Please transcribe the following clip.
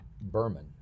Berman